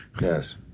yes